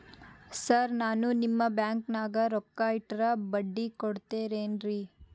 Sir ನಾನು ನಿಮ್ಮ ಬ್ಯಾಂಕನಾಗ ರೊಕ್ಕ ಇಟ್ಟರ ಬಡ್ಡಿ ಕೊಡತೇರೇನ್ರಿ?